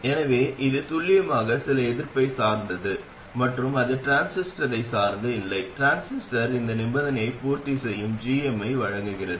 எனவே இது துல்லியமாக சில எதிர்ப்பைச் சார்ந்தது மற்றும் அது டிரான்சிஸ்டரைச் சார்ந்து இல்லை டிரான்சிஸ்டர் இந்த நிபந்தனையை பூர்த்தி செய்யும் g m ஐ வழங்குகிறது